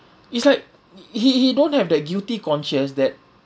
it's like he he don't have that guilty conscious that